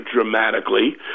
dramatically